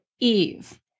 Eve